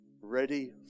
Ready